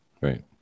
right